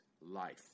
Life